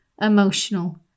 emotional